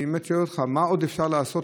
אני באמת שואל אותך: מה עוד אפשר לעשות?